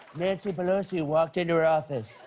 nancy pelosi walked into her office,